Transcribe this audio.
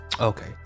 Okay